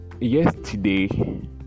yesterday